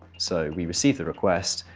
so we receive the request.